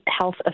health